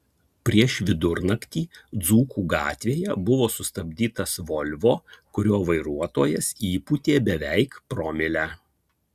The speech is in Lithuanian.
prieš vidurnaktį dzūkų gatvėje buvo sustabdytas volvo kurio vairuotojas įpūtė beveik promilę